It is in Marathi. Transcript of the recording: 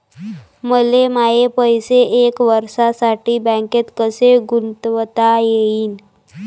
मले माये पैसे एक वर्षासाठी बँकेत कसे गुंतवता येईन?